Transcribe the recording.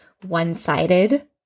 one-sided